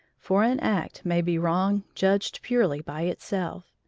for an act may be wrong judged purely by itself,